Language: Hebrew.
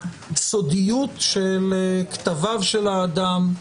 הסודיות של כתביו של האדם,